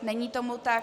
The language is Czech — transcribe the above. Není tomu tak.